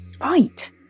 Right